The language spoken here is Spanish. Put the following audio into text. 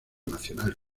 nacional